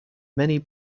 many